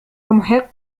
محق